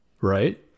right